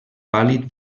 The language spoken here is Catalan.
pàl·lid